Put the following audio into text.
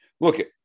Look